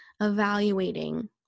evaluating